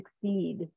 succeed